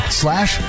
slash